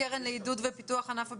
הקרן לעידוד ופיתוח ענף הבניה,